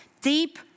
deep